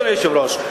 אדוני היושב-ראש,